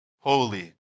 holy